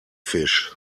fish